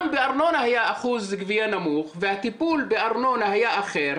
גם בארנונה היה אחוז גבייה נמוך והטיפול בארנונה היה אחר.